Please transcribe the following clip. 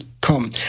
come